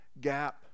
gap